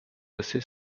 assez